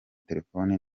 telefoni